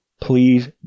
please